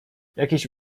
jakiś